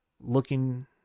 looking